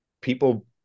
people